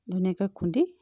ধুনীয়াকৈ খুন্দি